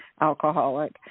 alcoholic